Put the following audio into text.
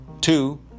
Two